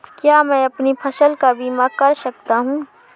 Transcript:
क्या मैं अपनी फसल का बीमा कर सकता हूँ?